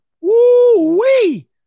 Woo-wee